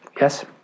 Yes